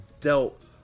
dealt